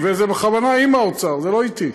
וזה בכוונה עם האוצר, לא אתי,